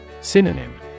Synonym